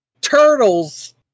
turtles